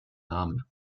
namen